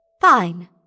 Fine